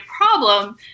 problem